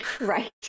Right